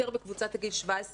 יותר בקבוצת הגיל 17 23,